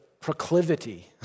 proclivity